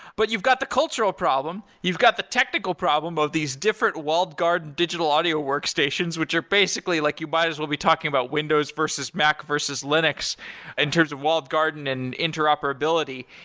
but you've got the cultural problem. you've got the technical problem both these different walled garden digital audio workstations which are, basically, like you might as well be talking about windows versus mac versus linux in terms of walled garden and interoperability,